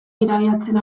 irabiatzen